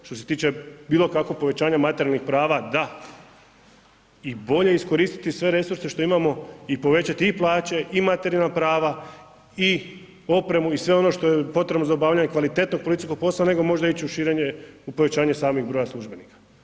Što se tiče bilo kakvo povećanje materijalnih prava da i bolje iskoristiti sve resurse što imamo i povećati i plaće i materijalna prava i opremu i sve ono što je potrebno za kvalitetnog policijskog posla nego možda ići u širenje, u povećanje samih broja službenika.